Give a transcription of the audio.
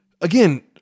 again